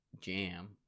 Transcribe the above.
jam